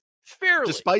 fairly